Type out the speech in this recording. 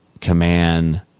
Command